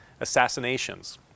assassinations